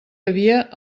havia